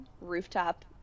rooftop